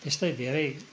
त्यस्तै धेरै